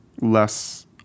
Less